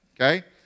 okay